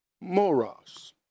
Moros